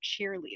cheerleader